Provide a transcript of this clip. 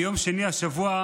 ביום שני השבוע,